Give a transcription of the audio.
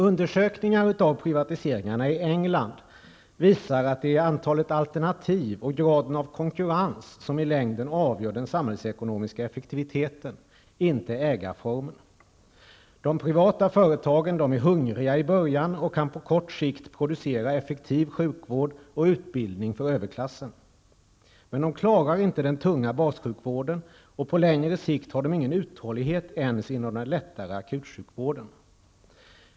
Undersökningar av privatiseringarna i England visar att antalet alternativ och graden av konkurrens är det som i längden avgör den samhällsekonomiska effektiviteten, inte ägarformen. De privata företagen är hungriga i början och kan på kort sikt producera effektiv sjukvård och utbildning för överklassen. Men de klarar inte den tunga bassjukvården, och på längre sikt har de ingen uthållighet ens inom den lättare akutsjukvården.